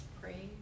pray